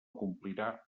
complirà